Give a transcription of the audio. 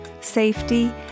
safety